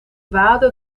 waadde